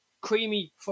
creamy